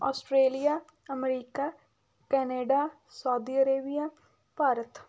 Australia America Canada Saudi Arabia Bharat